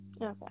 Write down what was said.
Okay